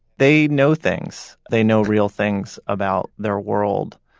they know things. they know real things about their world.